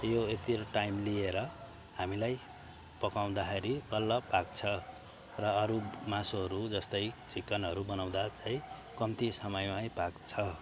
यो यति टाइम लिएर हामीलाई पकाउँदाखेरि बल्ल पाक्छ र अरू मासुहरू जस्तै चिकनहरू बनाउँदा चाहिँ कम्ती समयमाई पाक्छ